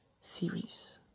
series